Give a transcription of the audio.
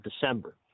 december